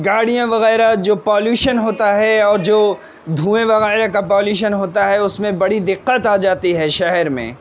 گاڑیاں وغیرہ جو پولیشون ہوتا ہے اور جو دھوئیں وغیرہ کا پولیشون ہوتا ہے اس میں بڑی دقت آ جاتی ہے شہر میں